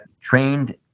trained